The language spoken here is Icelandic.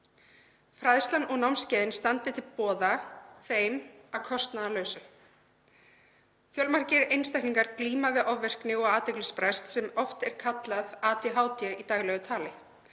Fræðslan og námskeiðin standi til boða þeim að kostnaðarlausu.“ Fjölmargir einstaklingar glíma við ofvirkni og athyglisbrest sem í daglegu tali